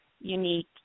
unique